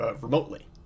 Remotely